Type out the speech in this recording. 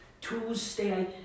Tuesday